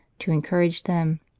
to encourage them.